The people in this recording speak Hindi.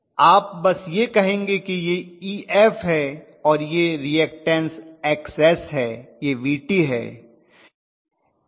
आप बस कहेंगे कि यह Ef है और यह एक रीऐक्टन्स Xs है यह Vt है